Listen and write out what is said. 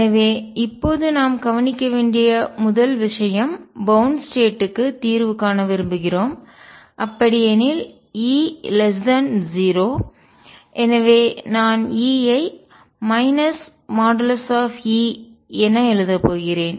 எனவே இப்போது நாம் கவனிக்க வேண்டிய முதல் விஷயம் பௌவ்ன்ட் ஸ்டேட் க்கு கட்டுப்படுத்தப்பட்ட நிலை தீர்வு காண விரும்புகிறோம் அப்படியெனில் E 0 எனவே நான் E ஐ | E | என எழுதப் போகிறேன்